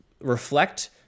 reflect